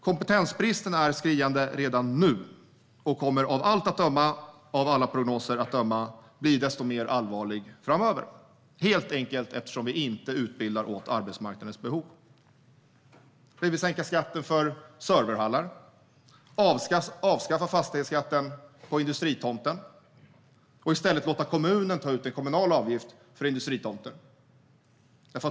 Kompetensbristen är skriande redan nu och kommer av alla prognoser att döma att bli ännu mer allvarlig framöver, helt enkelt eftersom vi inte utbildar för arbetsmarknadens behov. Vi vill sänka skatten för serverhallar och avskaffa fastighetsskatten för industritomter. I stället vill vi låta kommunen ta ut en kommunal avgift för industritomter.